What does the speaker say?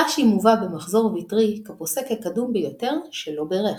רש"י מובא במחזור ויטרי כפוסק הקדום ביותר שלא בירך.